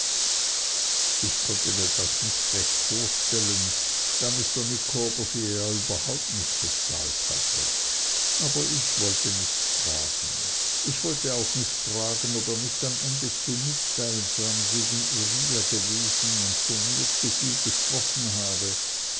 ich konnte mir das nicht recht vorstellen da mr micawber sie ja überhaupt nicht bezahlt hatte aber ich wollte nicht fragen ich wollte auch nicht fragen ob er nicht am ende zu mitteilsam gegen uriah gewesen und von mir zuviel gesprochen habe